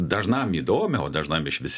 dažnam įdomią o dažnam išvis